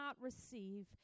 receive